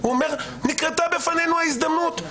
הוא אומר: נקרתה בפנינו ההזדמנות,